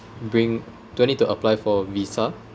bring do I need to apply for visa